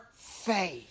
faith